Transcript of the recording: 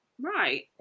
Right